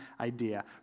idea